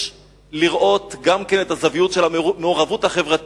יש לראות גם את הזוויות של המעורבות החברתית,